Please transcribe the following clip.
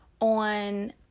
on